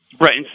Right